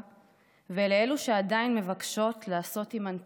ולאלו שעדיין מבקשות לעשות עימן תיקון.